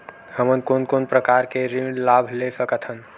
हमन कोन कोन प्रकार के ऋण लाभ ले सकत हन?